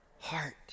heart